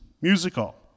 musical